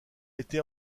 été